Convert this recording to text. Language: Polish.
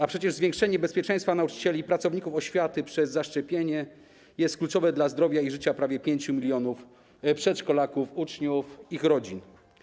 A przecież zwiększenie bezpieczeństwa nauczycieli i pracowników oświaty przez zaszczepienie jest kluczowe dla zdrowia i życia prawie 5 mln przedszkolaków, uczniów, ich rodzin.